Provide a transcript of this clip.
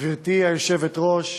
גברתי היושבת-ראש,